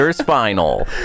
final